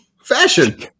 fashion